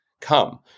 come